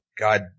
God